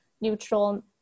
neutral